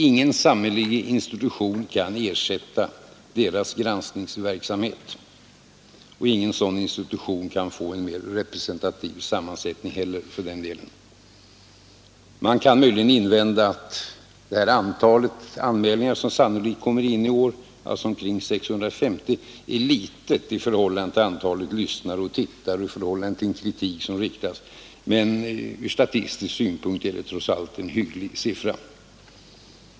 Ingen samhällelig institution kan ersätta deras granskningsverksamhet, och ingen sådan institution kan heller få en mera representativ sammansättning. Man kan möjligen invända att antalet anmälningar som kommer in i år — sannolikt 650 — är litet i förhållande till antalet lyssnare och tittare och i förhållande till den kritik som riktas mot Sveriges Radio, men ur statistisk synpunkt är det trots allt en hygglig siffra.